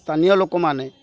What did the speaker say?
ସ୍ଥାନୀୟ ଲୋକମାନେ